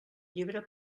llibre